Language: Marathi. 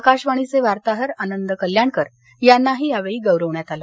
आकाशवाणीचे वार्ताहर आनंद कल्याणकर यांनाही यावेळी गौरवण्यात आलं